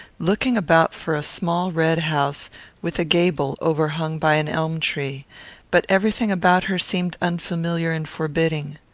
looking about for a small red house with a gable overhung by an elm-tree but everything about her seemed unfamiliar and forbidding.